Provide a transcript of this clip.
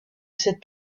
cette